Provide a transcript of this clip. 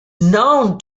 known